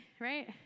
right